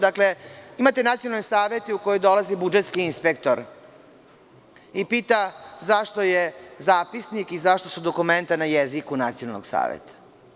Dakle, imate i nacionalne savete u koje dolazi budžetski inspektor i pita zašto je zapisnik i zašto su dokumenta na jeziku nacionalnog saveta?